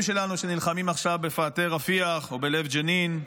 שלנו שנלחמים עכשיו בפאתי רפיח או בלב ג'נין.